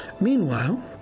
Meanwhile